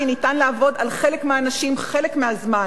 כי ניתן לעבוד על חלק מהאנשים חלק מהזמן,